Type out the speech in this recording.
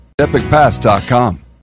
EpicPass.com